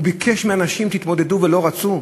הוא ביקש מאנשים: תתמודדו, ולא רצו.